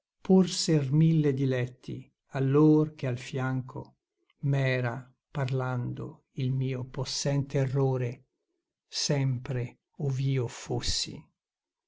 miei porser mille diletti allor che al fianco m'era parlando il mio possente errore sempre ov'io fossi